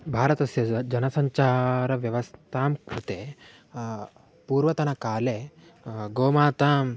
भारतस्य स् जनसञ्चार व्यवस्थां कृते पूर्वतनकाले गोमाताम्